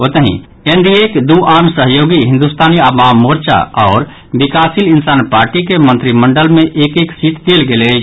ओतहि एनडीएक दू आन सहयोगी हिन्दुस्तानी आवाम मोर्चा आओर विकासशील इंसान पार्टी के मंत्रिमंडल मे एक एक सीट देल गेल अछि